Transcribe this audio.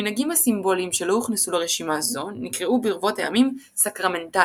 המנהגים הסימבוליים שלא הוכנסו לרשימה זו נקראו ברבות הימים סקרמנטלים.